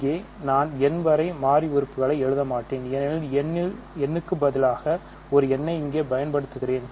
இங்கே நான் n வரை மாறி உறுப்புகளை எழுத மாட்டேன் ஏனெனில் நான் n இக்கு பதிலாக ஒரு எண்ணை இங்கே பயன்படுத்துகிறேன்